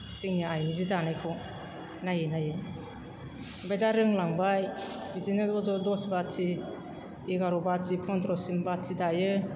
जोंनि आइनि जि दानायखौ नायै नायै ओमफ्राय दा रोंलांबाय बिदिनो रज' दस बाथि एगार' बाथि पन्द्रसिम बाथि दायो